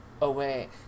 away